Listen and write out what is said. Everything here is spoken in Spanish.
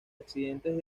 accidentes